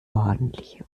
ordentliche